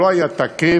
לא היה תקף,